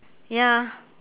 ya